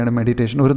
meditation